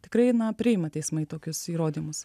tikrai na priima teismai tokius įrodymus